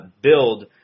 build